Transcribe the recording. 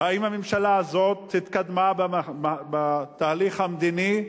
האם הממשלה הזאת התקדמה בתהליך המדיני?